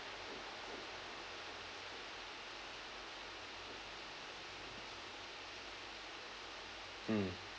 mm